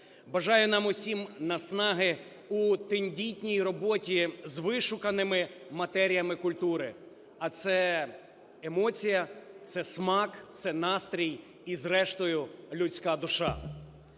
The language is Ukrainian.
Бажаю нам усім наснаги у тендітній роботі з вишуканими матеріями культури. А це емоція, це смак, це настрій і, зрештою, людська душа.